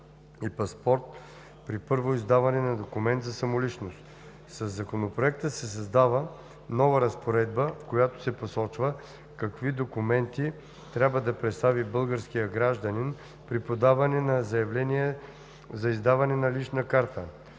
и паспорт при първо издаване на документ за самоличност. Със Законопроекта се създава нова разпоредба, в която се посочва какви документи трябва да представи българският гражданин при подаване на заявление за издаване на лична карта.